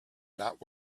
not